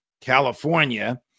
California